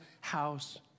house